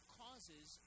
causes